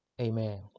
amen